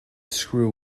screw